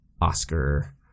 Oscar